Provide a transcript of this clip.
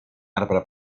arbre